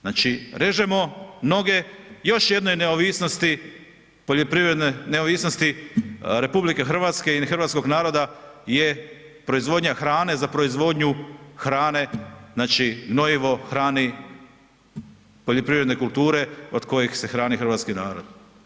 Znači režemo noge još jednoj neovisnosti poljoprivredne neovisnosti RH i hrvatskog naroda je proizvodnja hrane za proizvodnju hrane, znači, gnojivo hrani poljoprivredne kulture od kojih se hrani hrvatski narod.